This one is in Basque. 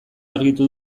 argitu